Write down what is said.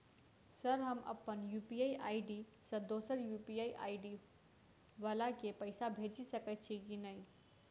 Sir हम अप्पन UPI ID सँ दोसर यु.पी.आई आई.डी वला केँ पैसा भेजि सकै छी नै?